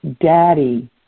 Daddy